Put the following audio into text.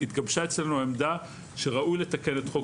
התגבשה אצלנו העמדה שראוי לתקן את חוק